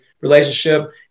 relationship